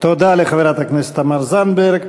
תודה לחברת הכנסת תמר זנדברג.